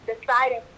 deciding